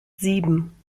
sieben